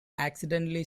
accidentally